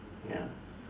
ya